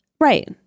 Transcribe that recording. Right